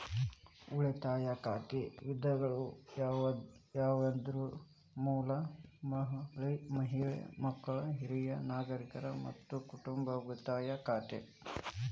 ಉಳಿತಾಯ ಖಾತೆ ವಿಧಗಳು ಯಾವಂದ್ರ ಮೂಲ, ಮಹಿಳಾ, ಮಕ್ಕಳ, ಹಿರಿಯ ನಾಗರಿಕರ, ಮತ್ತ ಕುಟುಂಬ ಉಳಿತಾಯ ಖಾತೆ